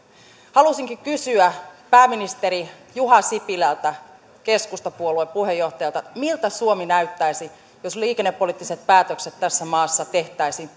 haluaisinkin kysyä pääministeri juha sipilältä keskustapuolueen puheenjohtajalta miltä suomi näyttäisi jos liikennepoliittiset päätökset tässä maassa tehtäisiin